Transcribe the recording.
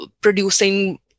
producing